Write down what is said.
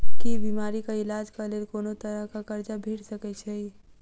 की बीमारी कऽ इलाज कऽ लेल कोनो तरह कऽ कर्जा भेट सकय छई?